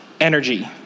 energy